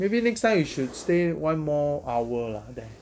maybe next time you should stay [one] more hour lah there